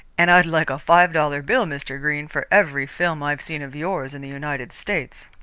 and i'd like a five-dollar bill, mr. greene, for every film i've seen of yours in the united states.